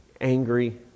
angry